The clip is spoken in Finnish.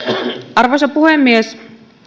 arvoisa puhemies